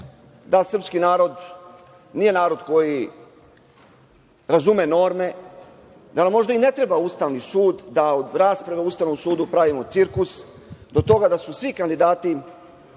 da srpski narod nije narod koji razume norme, da nam možda i ne treba Ustavni sud, da od rasprave o Ustavnom sudu pravimo cirkus, do toga da su svi kandidati